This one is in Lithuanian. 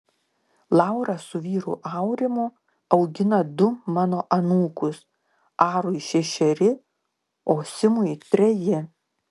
laura su vyru aurimu augina du mano anūkus arui šešeri o simui treji